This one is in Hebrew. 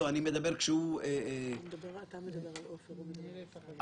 אנחנו יודעים שמר אליהו אינו ספון בחדרו ומשחק "טאקי" לבד.